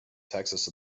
texas